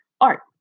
art